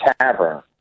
Tavern